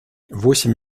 восемь